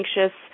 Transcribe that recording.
anxious